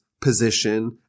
position